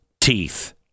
teeth